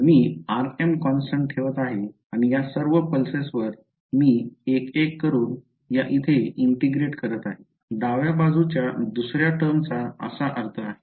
तर मी rm constant ठेवत आहे आणि या सर्व पल्सेस वर मी एक एक करून या इथे इंटीग्रेटे करत आहे डाव्या बाजूच्या दुसऱ्या टर्मचा असा अर्थ आहे